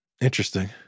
Interesting